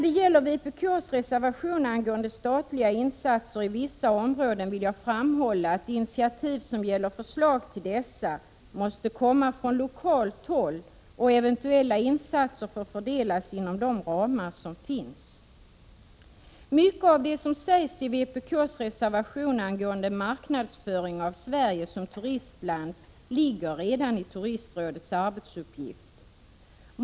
Beträffande vpk:s reservation angående statliga insatser i vissa områden vill jag framhålla att initiativ som gäller förslag till sådana måste komma från lokalt håll och att eventuella insatser får fördelas inom de ramar som finns. Mycket av det som sägs i vpk:s reservation angående marknadsföring av Sverige som turistland ligger redan i Turistrådets arbetsuppgifter.